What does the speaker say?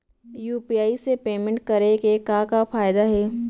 UPI से payment करे के का का फायदा हे?